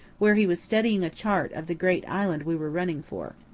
where he was studying a chart of the great island we were running for.